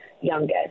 youngest